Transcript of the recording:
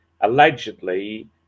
allegedly